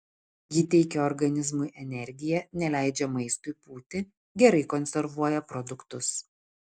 ji teikia organizmui energiją neleidžia maistui pūti gerai konservuoja produktus